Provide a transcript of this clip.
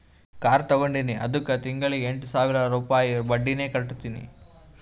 car ತಗೊಂಡಿನಿ ಅದ್ದುಕ್ ತಿಂಗಳಾ ಎಂಟ್ ಸಾವಿರ ರುಪಾಯಿ ಬಡ್ಡಿನೆ ಕಟ್ಟತಿನಿ